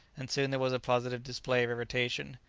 and soon there was a positive display of irritation.